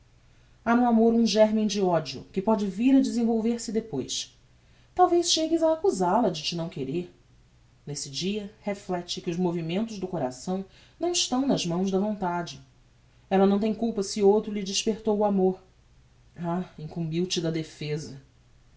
no amor um germen de odio que póde vir a desenvolver-se depois talvez chegues a accusala de te não querer nesse dia reflecte que os movimentos do coração não estão nas mãos da vontade ella não tem culpa se outro lhe despertou o amor ah incumbiu te da defesa